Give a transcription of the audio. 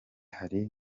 hari